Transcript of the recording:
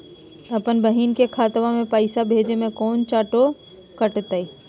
अपन बहिन के खतवा में पैसा भेजे में कौनो चार्जो कटतई?